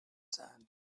sand